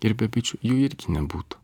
ir be bičių jų irgi nebūtų